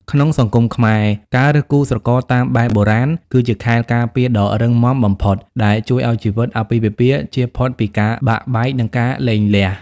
ក្នុងសង្គមខ្មែរ ការរើសគូស្រករតាមបែបបុរាណគឺជា "ខែលការពារ" ដ៏រឹងមាំបំផុត ដែលជួយឱ្យជីវិតអាពាហ៍ពិពាហ៍ចៀសផុតពីការបាក់បែក និងការលែងលះ។